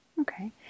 Okay